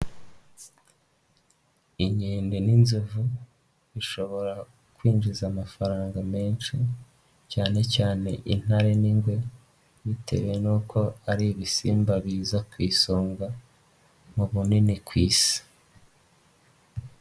Inkende n'inzovu bishobora kwinjiza amafaranga menshi cyane cyane intare n'ingwe bitewe n'uko ari ibisimba biza ku isonga mu bunini ku isi.